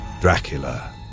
Dracula